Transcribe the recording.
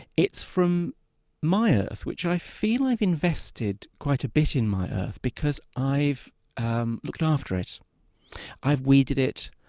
it's from my earth, which i feel i've invested quite a bit in my earth, because i've um looked after it i've weeded it,